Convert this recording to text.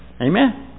Amen